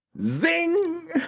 Zing